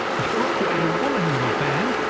you are quite a woman, little fan!